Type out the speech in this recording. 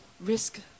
risk